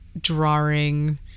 drawing